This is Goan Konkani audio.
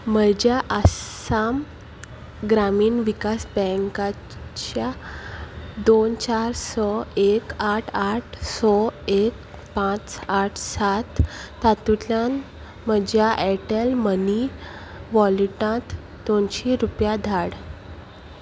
म्हज्या आसाम ग्रामीण विकास बँकाच्या दोन चार स एक आठ आठ स एक पांच आठ सात तातूंतल्यान म्हज्या ऍरटॅल मनी वॉलेटांत दोनशीं रुपया धाड